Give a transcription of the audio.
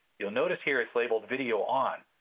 you'll notice here it's labeled video on.